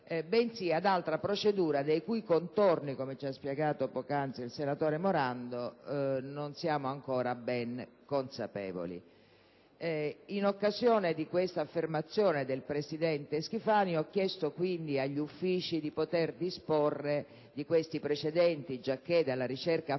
bensì ad altra procedura, dei cui contorni (come spiegato poc'anzi dal senatore Morando) non siamo ancora ben consapevoli. In occasione di questa affermazione del presidente Schifani, ho chiesto quindi agli Uffici di poter disporre di questi precedenti, giacché, dalla ricerca affrettata